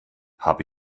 habe